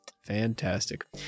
fantastic